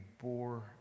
bore